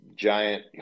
giant